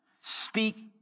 speak